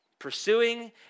Pursuing